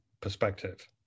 perspective